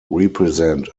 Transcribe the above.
represent